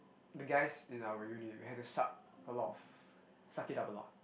the guys in our unit we have to suck a lot of suck it up a lot